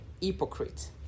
hypocrite